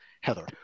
Heather